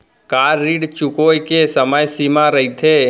का ऋण चुकोय के समय सीमा रहिथे?